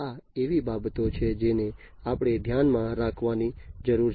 આ એવી બાબતો છે જેને આપણે ધ્યાનમાં રાખવાની જરૂર છે